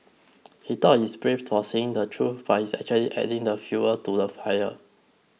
he thought he's brave for saying the truth but he's actually adding fuel to the fire